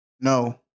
No